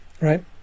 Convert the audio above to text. right